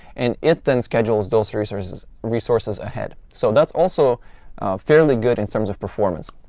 and it then schedules those resources resources ahead. so that's also fairly good in terms of performance.